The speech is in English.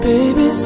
Baby